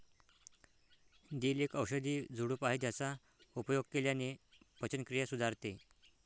दिल एक औषधी झुडूप आहे ज्याचा उपयोग केल्याने पचनक्रिया सुधारते